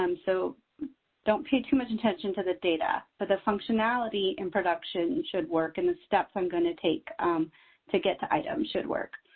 um so don't pay too much attention to the data, but the functionality in production should work in the steps i'm going to take to get the items should work.